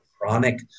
chronic